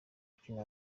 ukina